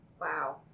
Wow